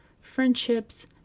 friendships